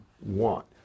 want